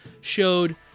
showed